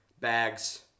Bags